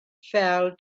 fell